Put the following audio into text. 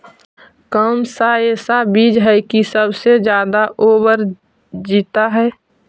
कौन सा ऐसा बीज है की सबसे ज्यादा ओवर जीता है?